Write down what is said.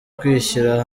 kwishyira